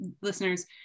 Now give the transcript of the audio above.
listeners